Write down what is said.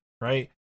Right